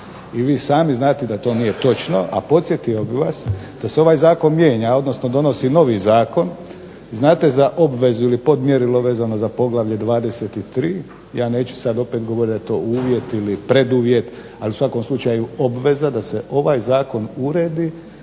I vi sami znate da to nije točno, a podsjetio bih vas da se ovaj zakon mijenja, odnosno donosi novi zakon, znate za obvezu ili podmjerilo vezano za poglavlje 23. Ja neću sad opet govoriti da je to uvjet ili preduvjet, ali u svakom slučaju obveza da se ovaj zakon uredi